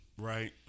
Right